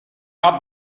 not